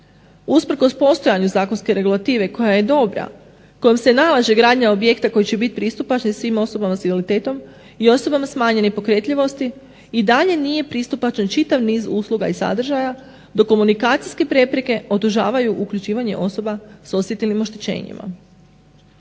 Usprkos postojanju zakonske regulative koja je dobra, kojom se nalaže gradnja objekta koji će biti pristupačni svim osobama s invaliditetom i osobama smanjene pokretljivosti i dalje nije pristupačan čitav niz usluga i sadržaja. Dok komunikacijske prepreke otežavaju uključivanje osoba s osjetilnim oštećenjima.